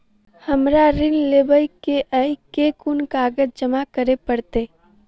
हमरा ऋण लेबै केँ अई केँ कुन कागज जमा करे पड़तै?